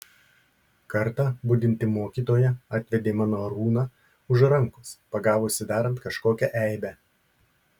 kartą budinti mokytoja atvedė mano arūną už rankos pagavusi darant kažkokią eibę